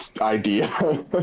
idea